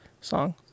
song